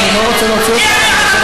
אני לא, התפקיד שלך.